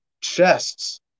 chests